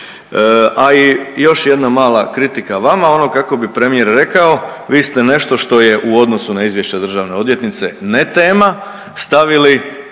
A i još jedna mala kritika vama, ono kako bi premijer rekao, vi ste nešto što je u odnosu na izvješće državne odvjetnice ne tema stavili